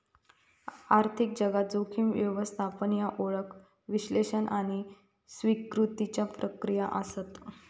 आर्थिक जगात, जोखीम व्यवस्थापन ह्या ओळख, विश्लेषण आणि स्वीकृतीच्या प्रक्रिया आसत